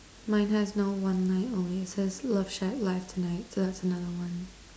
mine has no one line oh it says love shack live tonight so that's another one